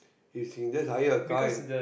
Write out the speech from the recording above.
it's just hire a car and